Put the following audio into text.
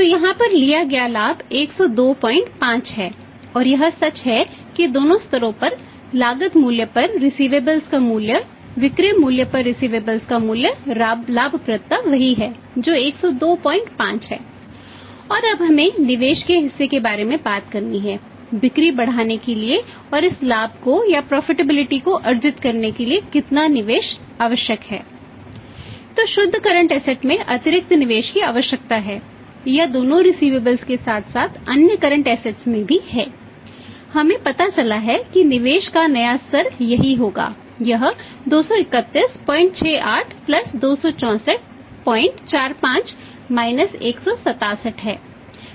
तो यहाँ पर लिया गया लाभ 1025 है और यह सच है कि दोनों स्तरों पर लागत मूल्य पर रिसिवेबल्स को अर्जित करने के लिए कितना निवेश आवश्यक है